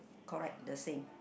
correct the same